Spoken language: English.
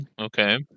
Okay